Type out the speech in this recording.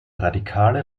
radikale